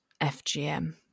FGM